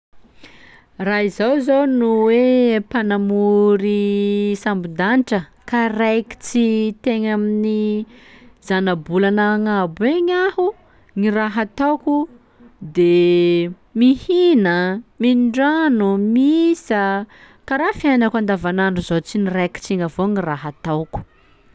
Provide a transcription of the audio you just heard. Raha izaho zao no hoe mpanamory sambon-danitra ka raikitsy tegny amin'ny zanabolana agnabo egny aho, gny raha hataoko de mihina, mindrano, mihisa, karaha fiainako andavanandro zaho tsy niraikitsy igny avao gny raha hataoko.